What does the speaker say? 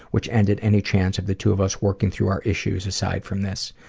which ended any chance of the two of us working through our issues aside from this.